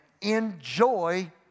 enjoy